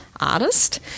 artist